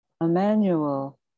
Emmanuel